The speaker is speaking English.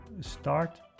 start